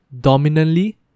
dominantly